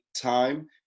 time